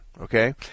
okay